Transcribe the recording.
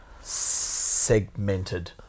segmented